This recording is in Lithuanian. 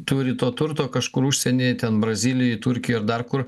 turi to turto kažkur užsienyje ten brazilijoj turkijoj dar kur